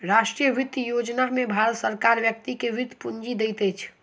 राष्ट्रीय वृति योजना में भारत सरकार व्यक्ति के वृति पूंजी दैत अछि